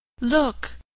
Look